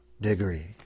degree